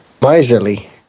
miserly